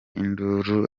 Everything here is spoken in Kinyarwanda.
induru